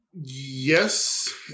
Yes